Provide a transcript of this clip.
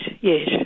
yes